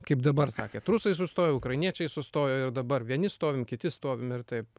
kaip dabar sakėt rusai sustojo ukrainiečiai sustojo ir dabar vieni stovim kiti stovim ir taip